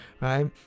right